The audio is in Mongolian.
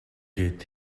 гээд